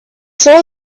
saw